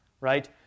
Right